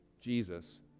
Jesus